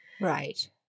Right